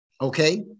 okay